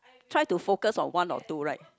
try to focus on one or two right